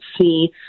see